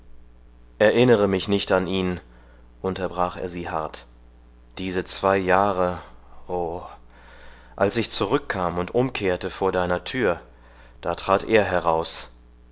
erinnere mich nicht an ihn unterbrach er sie hart diese zwei jahre oh als ich zurückkam und umkehrte vor deiner tür da trat er heraus